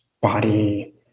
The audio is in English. body